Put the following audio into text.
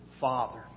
father